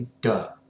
duh